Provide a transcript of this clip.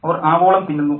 അവർ ആവോളം തിന്നുന്നു